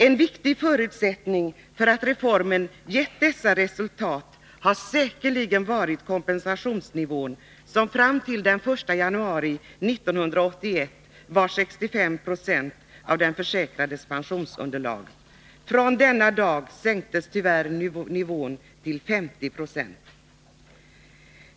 En viktig förutsättning för att reformen gett dessa resultat har säkerligen varit kompensationsnivån, som fram till den 1 januari 1981 var 65 970 av den försäkrades pensionsunderlag. Från denna dag sänktes tyvärr nivån till 50 96.